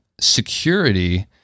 Security